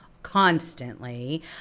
constantly